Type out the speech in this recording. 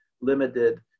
limited